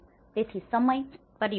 તેથી સમય પરિબળ પણ છે